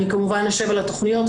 אני כמובן אשב על התכניות,